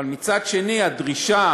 אבל מצד שני, הדרישה